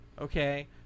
okay